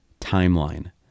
timeline